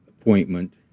appointment